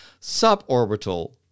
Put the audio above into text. suborbital